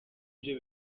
byo